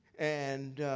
and